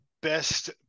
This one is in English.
best